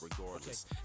regardless